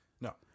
No